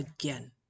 again